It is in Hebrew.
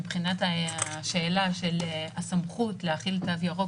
מבחינת השאלה של הסמכות להחיל תו ירוק,